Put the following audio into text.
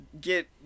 Get